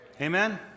Amen